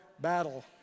battle